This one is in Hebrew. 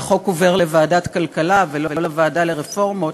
שהחוק עובר לוועדת הכלכלה ולא לוועדה לרפורמות.